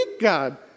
God